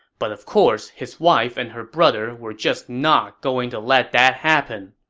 but of course, his wife and her brother were just not going to let that happen.